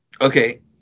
okay